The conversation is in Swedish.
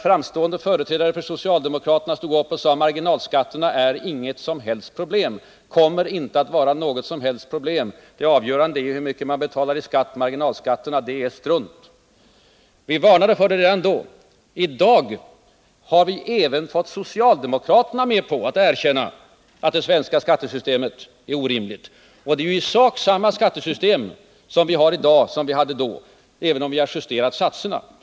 Framträdande företrädare för socialdemokraterna stod då upp och sade: Marginalskatterna är inget som helst problem och kommer inte att vara något som helst problem. Det avgörande är hur mycket man totalt betalar i skatt. Marginalskatterna är strunt. Vi moderater varnade för marginalskatterna redan då. I dag har vi även fått socialdemokraterna att erkänna att det svenska skattesystemet är orimligt. Det är i sak samma skattesystem vi har i dag som vi hade då, även om vi har justerat skattesatserna.